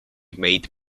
made